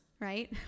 right